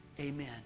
Amen